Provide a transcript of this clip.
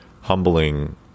humbling